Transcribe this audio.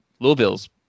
Louisville's